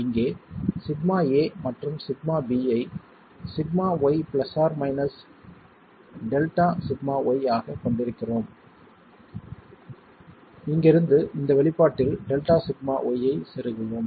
இங்கே σa மற்றும் σb ஐ σy ± Δσy ஆகக் கொண்டிருக்கிறோம் உள்ள இங்கிருந்து இந்த வெளிப்பாட்டில் டெல்டா சிக்மா y ஐ செருகுவோம்